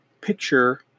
picture